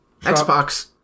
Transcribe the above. Xbox